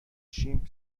شیم